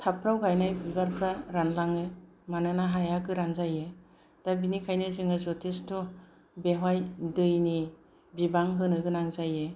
थापफ्राव गायनाय बिबारफोरा रानलाङो मानोना हाया गोरान जायो दा बेनिखायनो जोङो जथेस्थ' बेवहाय दैनि बिबां होनो गोनां जायो